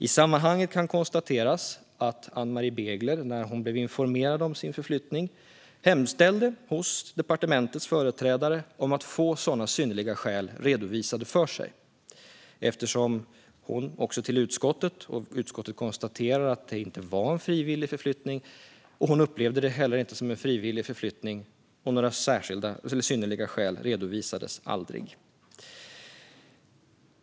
I sammanhanget kan konstateras att Ann-Marie Begler när hon blev informerad om sin förflyttning hemställde hos departementets företrädare om att få sådana synnerliga skäl redovisade för sig. Utskottet konstaterar att det inte var en frivillig förflyttning, att hon inte heller upplevde det som en frivillig förflyttning och att några synnerliga skäl aldrig redovisades.